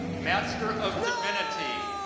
master of divinity,